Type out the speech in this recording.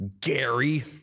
gary